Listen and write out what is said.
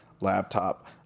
laptop